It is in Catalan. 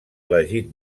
elegit